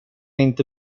inte